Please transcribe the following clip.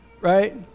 right